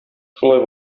шулай